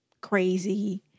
crazy